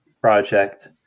project